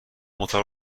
اتاق